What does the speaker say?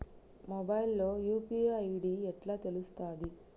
Mobile లో UPI ID ఎట్లా తెలుస్తది?